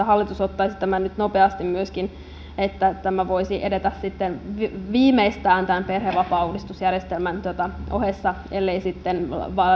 hallitus ottaisi tämän nyt nopeasti myöskin jotta tämä voisi edetä sitten viimeistään tämän perhevapaauudistusjärjestelmän ohessa ellei sitten